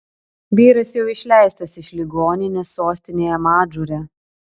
vyras jau išleistas iš ligoninės sostinėje madžūre